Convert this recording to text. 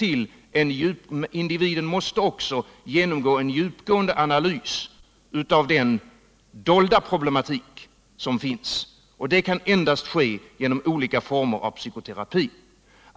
Individen måste också genomgå en djupgående analys av den dolda problematik som finns, och det kan ske endast genom olika former av psykoterapi.